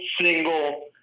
single